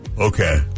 Okay